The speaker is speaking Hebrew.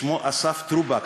שמו אסף טרובק,